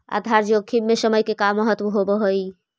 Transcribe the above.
आधार जोखिम में समय के का महत्व होवऽ हई?